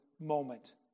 moment